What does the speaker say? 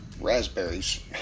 raspberries